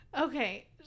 Okay